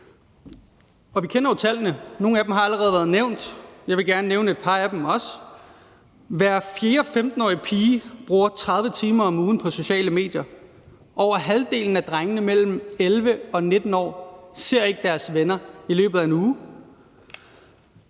Vi kender jo tallene; nogle af dem har allerede været nævnt. Jeg vil gerne nævne et par af dem også. Hver fjerde 15-årige pige bruger 30 timer om ugen på sociale medier, over halvdelen af drengene mellem 11 og 19 år ser ikke deres venner i løbet af en uge,